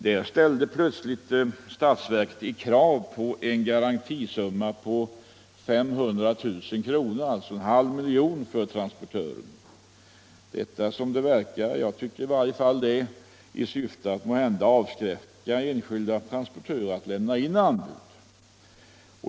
Där ställde plötsligt statsverket krav på en garantisumma på 500 000 kr. för transportören, som det verkar — jag tycker i alla fall det — i syfte att avskräcka enskilda transportörer att lämna in anbud.